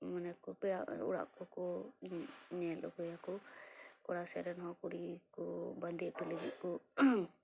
ᱯᱮᱲᱟ ᱚᱲᱟᱜ ᱠᱚᱠᱚ ᱧᱮᱞ ᱟᱹᱜᱩ ᱭᱟᱠᱚ ᱠᱚᱲᱟ ᱥᱮᱡ ᱨᱮᱱ ᱦᱚ ᱠᱩᱲᱤ ᱠᱚ ᱵᱟᱹᱫᱤ ᱩᱴᱩ ᱞᱟᱹᱜᱤᱫ ᱠᱚ